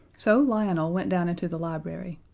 so lionel went down into the library.